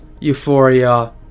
euphoria